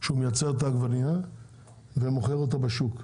זה לא שהוא מייצר עגבנייה ומוכר אותה בשוק.